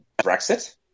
Brexit